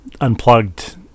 unplugged